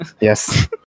Yes